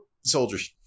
soldiers